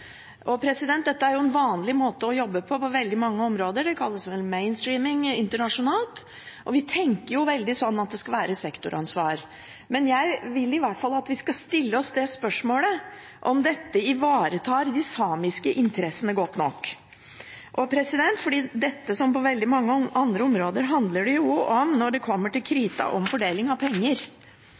Dette er på veldig mange områder en vanlig måte å jobbe på, det kalles vel «mainstreaming» internasjonalt, og vi tenker at det skal være sektoransvar. Men jeg vil at vi skal stille oss spørsmål om dette ivaretar de samiske interessene godt nok. Som på veldig mange andre områder handler dette – når det kommer til krita – om fordeling av penger.